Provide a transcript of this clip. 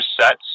sets